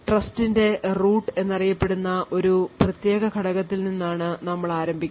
ട്രസ്റ്റിന്റെ റൂട്ട് എന്നറിയപ്പെടുന്ന ഒരു പ്രത്യേക ഘടകത്തിൽ നിന്നാണ് നമ്മൾ ആരംഭിക്കുന്നത്